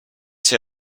see